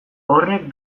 horrek